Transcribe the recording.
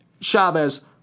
Chavez